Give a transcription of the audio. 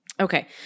Okay